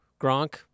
Gronk